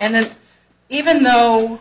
and then even though